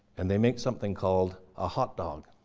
and they make something called a hot dog.